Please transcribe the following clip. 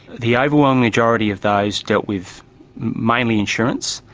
the overwhelming majority of those dealt with mainly insurance.